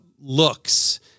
looks